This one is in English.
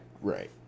Right